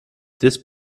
this